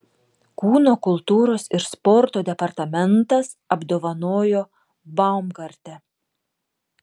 kūno kultūros ir sporto departamentas apdovanojo baumgartę